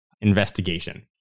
investigation